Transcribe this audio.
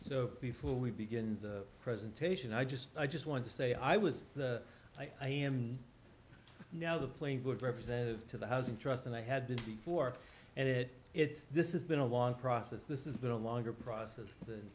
so before we begin the presentation i just i just want to say i was like i am now the playing good representative to the housing trust and i had been before and it it's this is been a long process this is been a longer process t